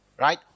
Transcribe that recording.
right